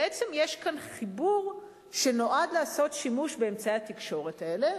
בעצם יש פה חיבור שנועד לעשות שימוש באמצעי התקשורת האלה,